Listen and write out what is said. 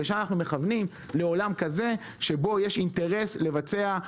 לשם אנחנו מכוונים, לעולם כזה שבו יש אינטרס לבצע.